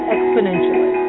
Exponentially